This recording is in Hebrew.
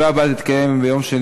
בעד, 4,